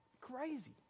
crazy